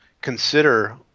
consider